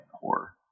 horror